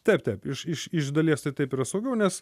taip taip iš iš iš dalies tai taip yra saugiau nes